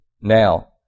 Now